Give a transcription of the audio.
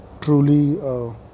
truly